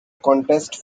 contest